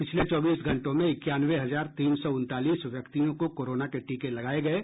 पिछले चौबीस घंटों में इक्यानवें हजार तीन सौ उनतालीस व्यक्तियों को कोरोना के टीके लगाये गये